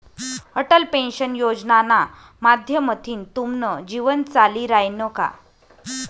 Atal pension योजनाना माध्यमथीन तुमनं जीवन चाली रायनं का?